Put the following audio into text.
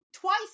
Twice